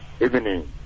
Evening